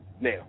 Now